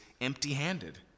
empty-handed